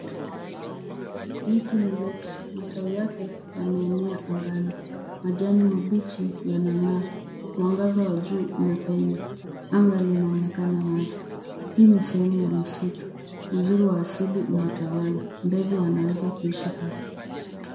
Miti mirefu. Matawi yake yameenea angani. Majani mabichi yanang'aa. Mwangaza wa jua umepenya. Anga linaonekana wazi. Hii ni sehemu ya msitu. Uzuri wa asili umetawala. Ndege wanaweza kuishi hapa.